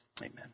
Amen